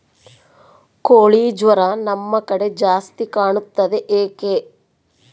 ಕೋಳಿ ಜ್ವರ ನಮ್ಮ ಕಡೆ ಜಾಸ್ತಿ ಕಾಣುತ್ತದೆ ಏಕೆ?